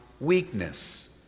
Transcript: weakness